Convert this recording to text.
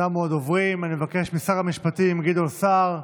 על זה בדיוק אני רוצה לדבר, סילמן והצבועים,